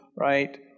right